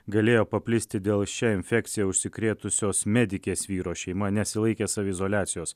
galėjo paplisti dėl šia infekcija užsikrėtusios medikės vyro šeima nesilaikė saviizoliacijos